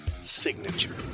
signature